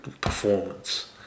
performance